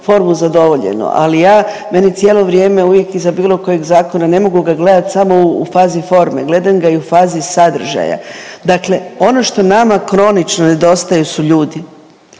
formu zadovoljenu. Ali ja, meni cijelo vrijeme uvijek iza bilo kojeg zakona ne mogu ga gledati samo u fazi forme, gledam ga i u fazi sadržaja. Dakle, ono što nama kronično nedostaju su ljudi.